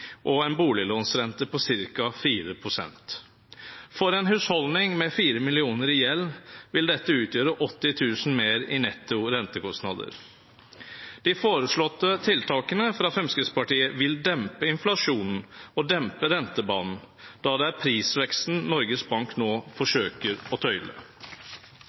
og en boliglånsrente på ca. 4 pst. For en husholdning med 4 mill. kr i gjeld vil dette utgjøre 80 000 kr mer i netto rentekostnader. De foreslåtte tiltakene fra Fremskrittspartiet vil dempe inflasjonen og dempe rentebanen, da det er prisveksten Norges Bank nå forsøker å tøyle.